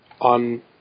on